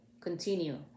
continue